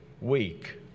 week